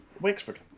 Wexford